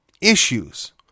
issues